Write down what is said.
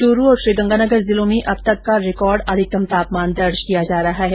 चुरू और श्रीगंगानगर जिलों में अब तक का रिकॉर्ड अधिकतम तापमान दर्ज किया जा रहा है